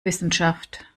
wissenschaft